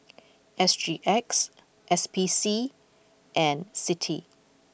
S G X S P C and Citi